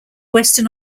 western